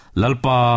lalpa